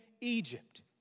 Egypt